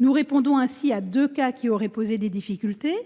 Nous traitons ainsi deux cas qui auraient pu poser des difficultés :